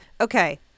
okay